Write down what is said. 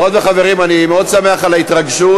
אני מאוד שמח על ההתרגשות.